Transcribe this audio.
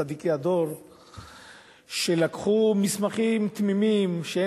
צדיקי הדור שלקחו מסמכים תמימים שאין